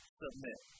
submit